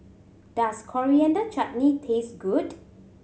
does Coriander Chutney taste good